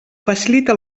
facilita